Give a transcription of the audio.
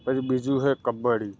પછી બીજું હે કબડ્ડી